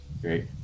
Great